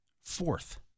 Fourth